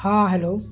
ہاں ہلو